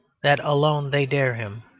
that alone they dare him,